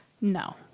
No